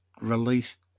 released